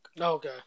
Okay